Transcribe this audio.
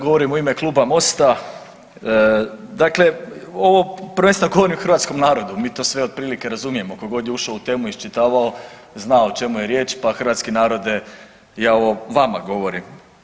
Govorim u ime Kluba Mosta, dakle ovo prvenstveno govorim hrvatskom narodu, mi to sve otprilike razumijemo, tko god je ušao u temu i iščitavao zna o čemu je riječ, pa hrvatski narode ja ovo vama govorim.